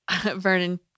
Vernon